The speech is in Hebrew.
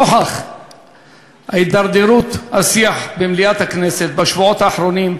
נוכח הידרדרות השיח במליאת הכנסת בשבועות האחרונים,